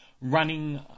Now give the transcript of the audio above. running